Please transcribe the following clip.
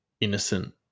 innocent